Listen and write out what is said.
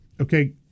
Okay